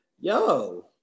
Yo